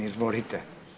Izvolite.